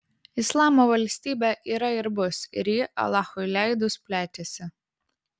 islamo valstybė yra ir bus ir ji alachui leidus plečiasi